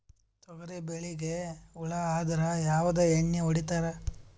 ತೊಗರಿಬೇಳಿಗಿ ಹುಳ ಆದರ ಯಾವದ ಎಣ್ಣಿ ಹೊಡಿತ್ತಾರ?